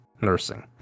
nursing